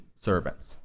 servants